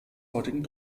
heutigen